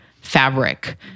fabric